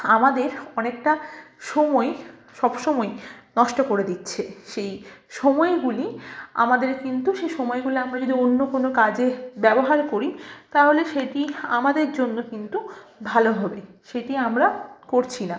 আমাদের অনেকটা সময় সব সময় নষ্ট করে দিচ্ছে সেই সময়গুলি আমাদের কিন্তু সে সময়গুলি আমরা যদি অন্য কোনো কাজে ব্যবহার করি তাহলে সেটি আমাদের জন্য কিন্তু ভালো হবে সেটি আমরা করছি না